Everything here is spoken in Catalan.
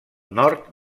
nord